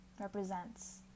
represents